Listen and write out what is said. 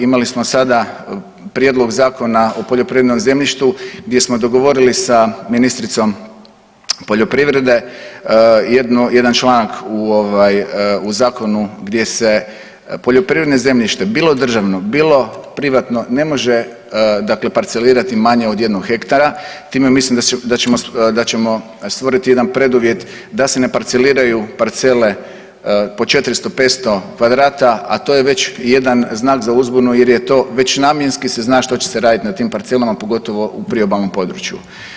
Imali smo sada Prijedlog zakona o poljoprivrednom zemljištu gdje smo dogovorili sa ministricom poljoprivrede jedan članak u ovaj u zakonu gdje se poljoprivredno zemljište bilo državno, bilo privatno ne može dakle parcelirati manje od jednog hektara time mislim da ćemo stvoriti jedan preduvjet da se ne parceliraju parcele po 400, 500 kvadrata a to je već jedan znak za uzbunu jer je to već namjenski se zna što će se raditi na tim parcelama pogotovo u priobalnom području.